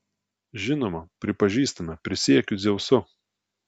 žinoma pripažįstame prisiekiu dzeusu